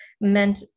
meant